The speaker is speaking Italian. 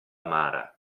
amara